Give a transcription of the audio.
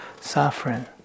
suffering